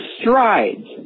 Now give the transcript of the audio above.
strides